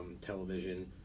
television